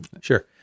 Sure